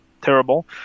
terrible